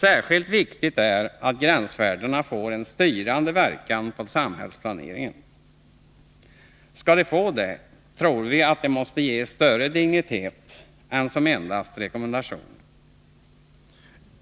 Särskilt viktigt är att gränsvärdena får en styrande verkan på samhällsplaneringen. Skall de få det, tror vi att de måste ges större dignitet än som endast rekommendationer.